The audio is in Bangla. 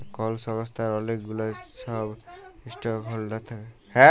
কল সংস্থার অলেক গুলা ছব ইস্টক হল্ডার থ্যাকে